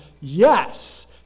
yes